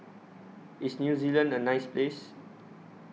IS New Zealand A nice Place